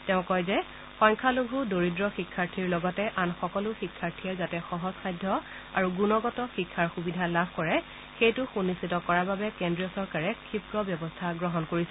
তেওঁ কয় যে সংখ্যালঘু দৰিদ্ৰ শিক্ষাৰ্থীৰ লগতে আন সকলো শিক্ষাৰ্থীয়ে যাতে সহজসাধ্য আৰু গুণগত শিক্ষাৰ সুবিধা লাভ কৰে সেইটো সুনিশ্চিত কৰাৰ বাবে কেন্দ্ৰীয় চৰকাৰে ক্ষীপ্ৰ ব্যৱস্থা গ্ৰহণ কৰিছে